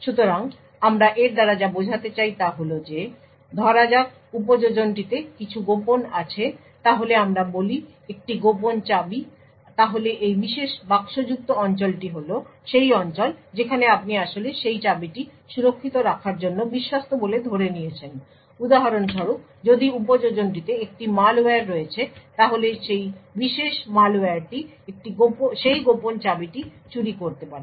সুতরাং আমরা এর দ্বারা যা বোঝাতে চাই তা হল যে ধরা যাক উপযোজনটিতে কিছু গোপন আছে তাহলে আমরা বলি একটি গোপন চাবি তাহলে এই বিশেষ বাক্সযুক্ত অঞ্চলটি হল সেই অঞ্চল যেখানে আপনি আসলে সেই চাবিটি সুরক্ষিত রাখার জন্য বিশ্বস্ত বলে ধরে নিয়েছেন উদাহরণস্বরূপ যদি উপযোজনটিতে একটি ম্যালওয়্যার রয়েছে তাহলে সেই বিশেষ ম্যালওয়্যারটি সেই গোপন চাবিটি চুরি করতে পারে